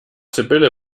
sibylle